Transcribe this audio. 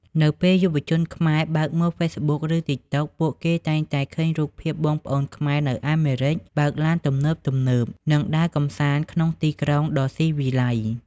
នៅពេលយុវជនខ្មែរបើកមើល Facebook ឬ TikTok ពួកគេតែងតែឃើញរូបភាពបងប្អូនខ្មែរនៅអាមេរិក បើកឡានទំនើបៗ និងដើរកម្សាន្តក្នុងទីក្រុងដ៏ស៊ីវិល័យ។